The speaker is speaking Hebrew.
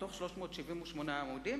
מתוך 378 עמודים,